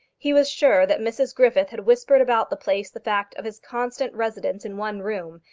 he was sure that mrs griffith had whispered about the place the fact of his constant residence in one room,